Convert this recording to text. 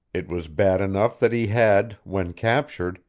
it was bad enough that he had, when captured,